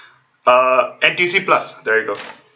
uh N_T_U_C plus there you go